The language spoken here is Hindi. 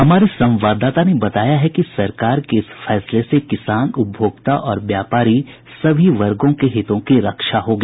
हमारे संवाददाता ने बताया है कि सरकार के इस फैसले से किसान उपभोक्ता और व्यापारी सभी वर्गों के हितों की रक्षा होगी